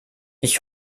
ich